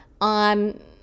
on